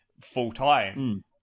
full-time